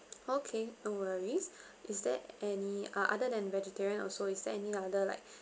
okay no worries is there any uh other than vegetarian also is there any other like